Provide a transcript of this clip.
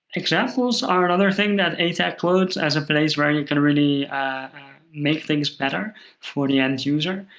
examples are another thing that atag quotes as a place where and you can really make things better for the end user,